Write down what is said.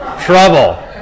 Trouble